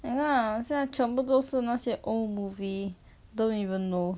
eh now 现在全部都是那些 old movie don't even know